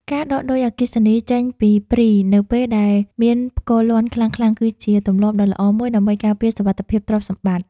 ការដកឌុយអគ្គិសនីចេញពីព្រីនៅពេលដែលមានផ្គរលាន់ខ្លាំងៗគឺជាទម្លាប់ដ៏ល្អមួយដើម្បីការពារសុវត្ថិភាពទ្រព្យសម្បត្តិ។